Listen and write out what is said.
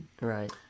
right